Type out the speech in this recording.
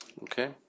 Okay